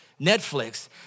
Netflix